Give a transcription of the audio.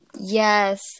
Yes